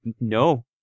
No